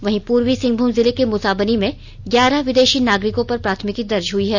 वहीं पूर्वी सिंहभूम जिले के मुसाबनी में ग्यारह विदेषी नागरिकों पर प्राथमिकी दर्ज हई है